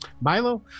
Milo